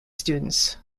students